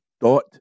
dot